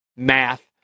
math